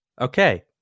Okay